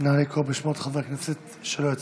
נא לקרוא בשמות חברי הכנסת שלא הצביעו.